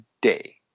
day